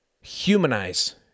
humanize